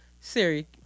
Siri